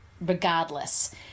regardless